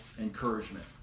encouragement